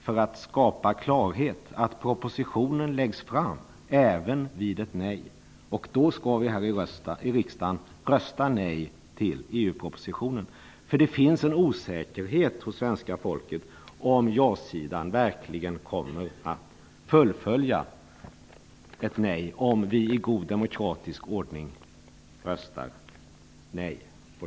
För att skapa klarhet läggs väl propositionen fram även vid ett nej? Då skall vi väl här i riksdagen rösta nej till EU-propositionen? Det finns en osäkerhet hos svenska folket om ja-sidan verkligen kommer att rätta sig efter ett nej om svenska folket i god demokratisk ordning röstar nej.